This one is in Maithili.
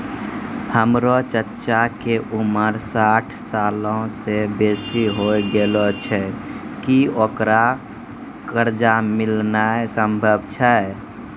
हमरो चच्चा के उमर साठ सालो से बेसी होय गेलो छै, कि ओकरा कर्जा मिलनाय सम्भव छै?